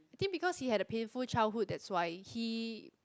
I think because he had a painful childhood that's why he